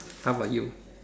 how about you